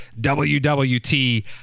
WWT